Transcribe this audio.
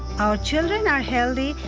our children are healthy,